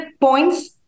points